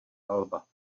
alba